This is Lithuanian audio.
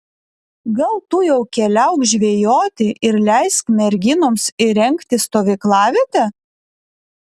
gal tu jau keliauk žvejoti ir leisk merginoms įrengti stovyklavietę